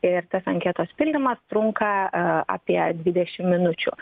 ir tas anketos pildymas trunka apie dvidešim minučių